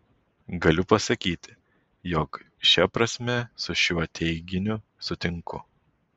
galiu pasakyti jog šia prasme su šiuo teiginiu sutinku